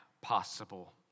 possible